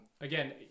again